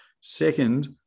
Second